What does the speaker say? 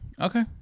Okay